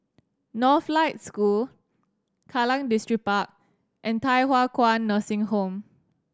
Northlight School Kallang Distripark and Thye Hua Kwan Nursing Home